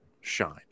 shine